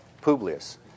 Publius